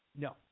No